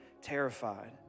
terrified